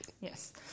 Yes